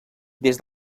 des